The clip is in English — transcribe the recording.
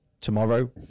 tomorrow